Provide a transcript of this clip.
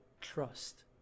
trust